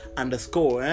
underscore